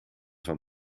van